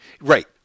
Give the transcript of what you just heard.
Right